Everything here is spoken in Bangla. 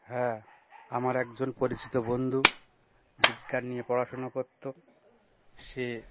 হ্যাঁ আমার একজন পরিচিত বন্ধু বিজ্ঞান নিয়ে পড়াশোনা করতো সে